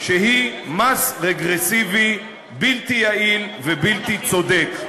שהיא מס רגרסיבי, בלתי יעיל ובלתי צודק.